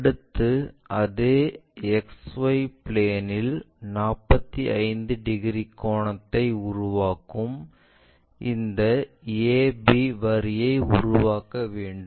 அடுத்து அதே XY plane இல் 45 டிகிரி கோணத்தை உருவாக்கும் இந்த ab வரியைத் உருவாக்க வேண்டும்